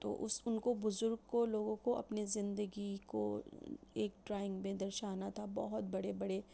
تو اُس اُن کو بزرگ کو لوگوں کو اپنے زندگی کو ایک ڈرائنگ میں درشانا تھا بہت بڑے بڑے